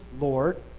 Lord